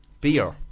Beer